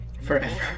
Forever